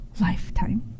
lifetime